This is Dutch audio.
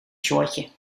shortje